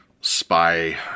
spy